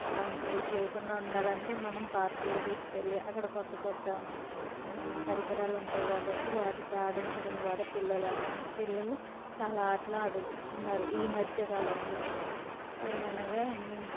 అలాంటివి చేయకుండా ఉండాలంటే మనం పార్కులకు తీసుకెళ్ళి అక్కడ కొత్త కొత్త పరికరాలు ఉంటాయి కాబట్టి వాటితో ఆడించడం ద్వారా పిల్లలు పిల్లలు చాలా ఆటలు అడుగుతున్నారు ఈ మధ్య కాలంలో ఏమనగా